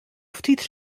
ftit